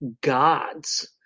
gods